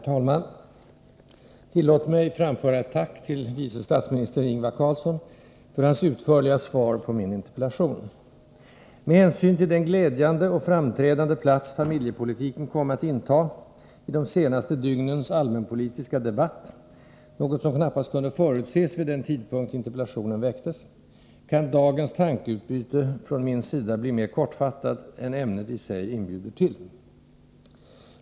Herr talman! Tillåt mig framföra ett tack till vice statsminister Ingvar Carlsson för hans utförliga svar på min interpellation. Med hänsyn till den glädjande och framträdande plats familjepolitiken kom att inta i de senaste dygnens allmänpolitiska debatt — något som knappast kunde förutses vid den tidpunkt då interpellationen framställdes — kan dagens tankeutbyte från min sida bli mera kortfattat än ämnet i sig inbjuder till.